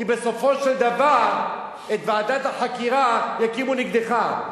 כי בסופו של דבר את ועדת החקירה יקימו נגדך,